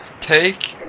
take